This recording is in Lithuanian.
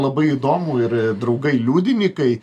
labai įdomu ir draugai liudinykai